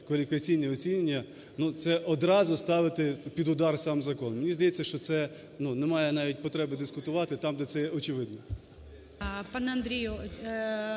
кваліфікаційні оцінювання – це одразу ставити під удар сам закон. Мені здається, що це не має навіть потреби дискутувати там, де це очевидно.